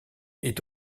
est